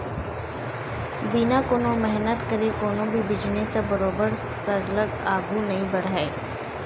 बिना कोनो मेहनत करे कोनो भी बिजनेस ह बरोबर सरलग आघु नइ बड़हय